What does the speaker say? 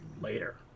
Later